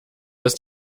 ist